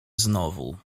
znowu